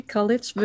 College